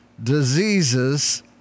diseases